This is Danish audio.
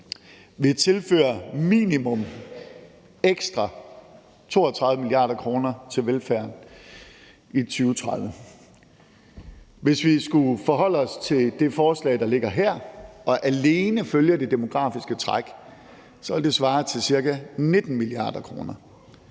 vil tilføre minimum ekstra 32 mia. kr. til velfærden i 2030. Hvis vi skulle forholde os til det forslag, der ligger her, og alene følge det demografiske træk, ville det svare til ca. 19 mia. kr.